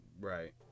Right